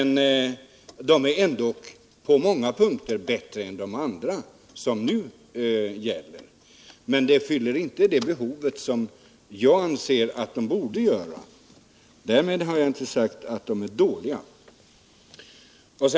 Dessa anvisningar är dock på många punkter bättre än de som nu gäller. De fyller emellertid inte de behov som jag här har påtalat. Därmed har jag inte sagt att de är dåliga.